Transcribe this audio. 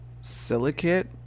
silicate